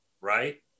right